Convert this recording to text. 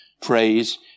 phrase